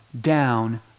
down